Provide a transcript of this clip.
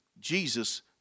Jesus